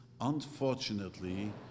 unfortunately